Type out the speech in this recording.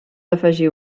afegir